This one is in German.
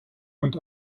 und